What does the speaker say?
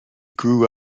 grew